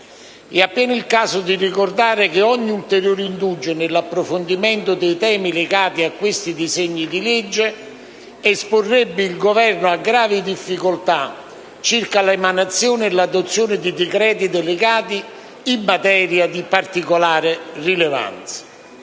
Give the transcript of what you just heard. È appena il caso di ricordare che ogni ulteriore indugio nell'approfondimento dei temi legati a questi disegni di legge esporrebbe il Governo a gravi difficoltà circa l'emanazione e l'adozione di decreti delegati in materia di particolare rilevanza.